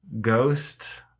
Ghost